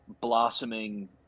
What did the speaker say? blossoming